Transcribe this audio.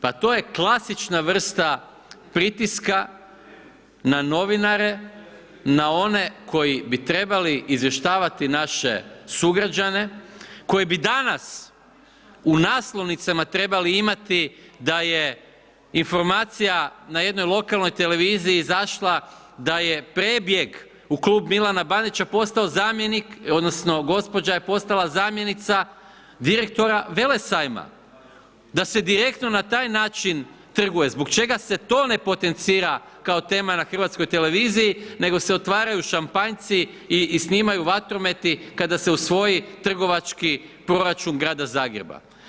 Pa to je klasična vrsta pritiska na novinare, na one koji bi trebali izvještavati naše sugrađane, koji bi danas u naslovnicama trebali imati da je informacija na jednoj lokalnoj televiziji izašla da je prebjeg u klub Milana Bandića postao zamjenik odnosno gđa. je postala zamjenica direktora Velesajma, da se direktno na taj način trguje, zbog čega se to ne potencira kao tema na HRT-u nego se otvaraju šampanjci i snimaju vatrometi kada se usvoji trgovački proračun grada Zagreba.